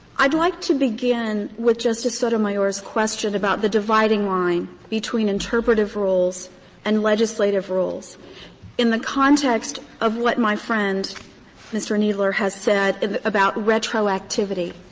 i'd like to begin with justice sotomayor's question about the dividing line between interpretative rules and legislative rules in the context of what my friend mr. kneedler has said about retroactivity.